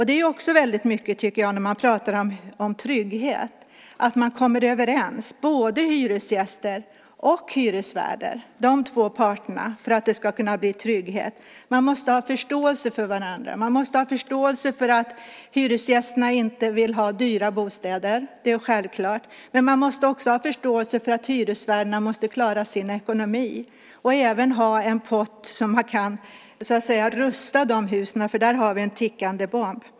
Det är också väldigt viktigt, när man pratar om trygghet, att hyresgäster och hyresvärdar kommer överens, de två parterna, för att det ska kunna bli trygghet. Man måste ha förståelse för varandra. Man måste ha förståelse för att hyresgästerna inte vill ha dyra bostäder. Det är självklart. Men man måste ha förståelse för att hyresvärdarna måste klara sin ekonomi och även ha en pott så att de kan rusta husen. Där har vi en tickande bomb.